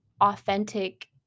authentic